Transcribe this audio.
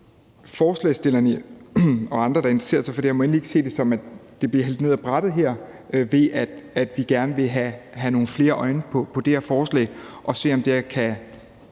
forslagsstillerne og andre, der interesserer sig for det her, må endelig ikke se det sådan, at forslaget her bliver hældt ned ad brættet, fordi vi gerne vil have nogle flere øjne på det, se, om det kan